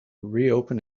reopen